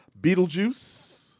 Beetlejuice